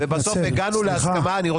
סליחה.